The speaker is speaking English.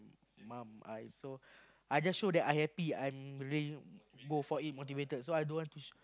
mum eyes so I just show that I happy I'm really go for it motivated so I don't want to